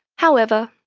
however,